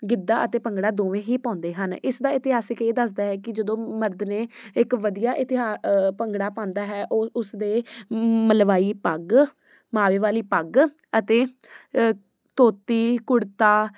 ਗਿੱਧਾ ਅਤੇ ਭੰਗੜਾ ਦੋਵੇਂ ਹੀ ਪਾਉਂਦੇ ਹਨ ਇਸ ਦਾ ਇਤਿਹਾਸਿਕ ਇਹ ਦੱਸਦਾ ਹੈ ਕਿ ਜਦੋਂ ਮਰਦ ਨੇ ਇੱਕ ਵਧੀਆ ਇਤਿਹਾ ਭੰਗੜਾ ਪਾਉਂਦਾ ਹੈ ਉਹ ਉਸਦੇ ਮਲਵਾਈ ਪੱਗ ਮਾਵੇ ਵਾਲੀ ਪੱਗ ਅਤੇ ਧੋਤੀ ਕੁੜਤਾ